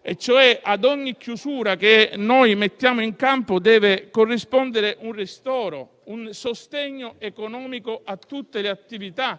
e cioè ad ogni chiusura che noi mettiamo in campo deve corrispondere un ristoro, un sostegno economico a tutte le attività